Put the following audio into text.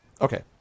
okay